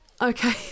Okay